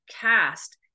cast